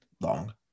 long